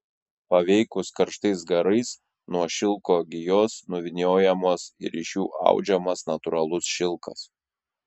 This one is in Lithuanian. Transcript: paveikus karštais garais nuo jų šilko gijos nuvyniojamos ir iš jų audžiamas natūralus šilkas